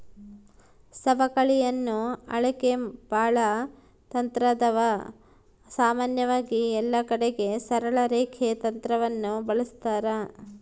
ಸವಕಳಿಯನ್ನ ಅಳೆಕ ಬಾಳ ತಂತ್ರಾದವ, ಸಾಮಾನ್ಯವಾಗಿ ಎಲ್ಲಕಡಿಗೆ ಸರಳ ರೇಖೆ ತಂತ್ರವನ್ನ ಬಳಸ್ತಾರ